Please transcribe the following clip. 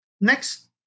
Next